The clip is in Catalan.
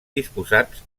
disposats